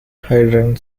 hydrant